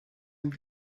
and